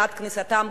בעד כניסתן,